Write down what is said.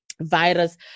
virus